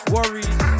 Worries